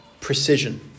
precision